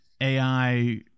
AI